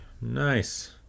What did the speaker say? Nice